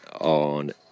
on